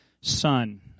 son